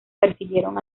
persiguieron